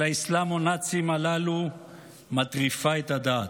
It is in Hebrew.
האסלאמו-נאצים הללו מטריפה את הדעת,